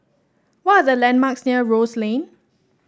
what are the landmarks near Rose Lane